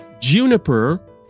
juniper